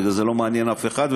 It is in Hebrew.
וזה לא מעניין אף אחד,